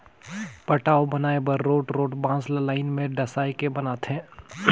पटांव बनाए बर रोंठ रोंठ बांस ल लाइन में डसाए के बनाथे